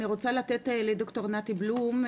אני רוצה לתת לד"ר נתי בלום,